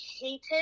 hated